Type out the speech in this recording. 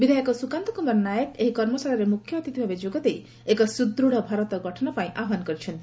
ବିଧାୟକ ସ୍ବକାନ୍ତ କୁମାର ନାୟକ ଏହି କର୍ମଶାଳାରେ ମୁଖ୍ୟଅତିଥି ଭାବେ ଯୋଗଦେଇ ଏକ ସୁଦୃଢ଼ ଭାରତ ଗଠନ ପାଇଁ ଆହ୍ୱାନ କରିଛନ୍ତି